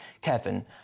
Kevin